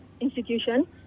institution